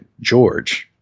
George